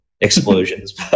explosions